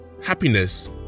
happiness